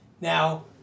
Now